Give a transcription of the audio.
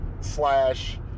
slash